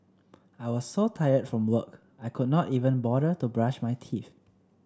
I was so tired from work I could not even bother to brush my teeth